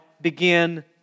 begin